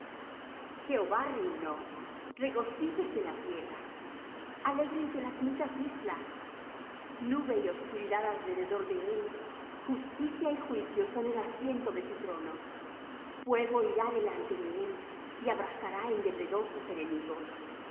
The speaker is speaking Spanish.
jehova reinó regocíjese la tierra alégrense las muchas islas nube y oscuridad alrededor de él justicia y juicio son el asiento de su trono fuego irá delante de él y abrasará en derredor sus enemigos